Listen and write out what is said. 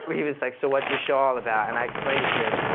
he was like, so what's your show all about? and i explained it to him,